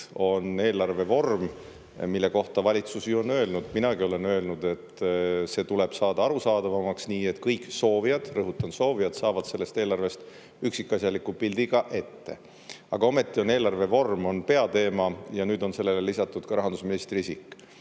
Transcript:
eelarve vorm, mille kohta valitsus ju on öelnud, minagi olen öelnud, et see tuleb saada arusaadavamaks, nii et kõik soovijad – rõhutan, soovijad – saavad sellest eelarvest üksikasjaliku pildi ka ette. Aga ometi on eelarve vorm peateema, ja nüüd on sellele lisatud ka rahandusministri isik.